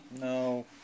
No